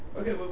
Okay